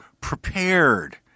prepared